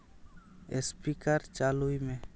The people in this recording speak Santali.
ᱥᱯᱤᱠᱟᱨ ᱪᱟᱹᱞᱩᱭ ᱢᱮ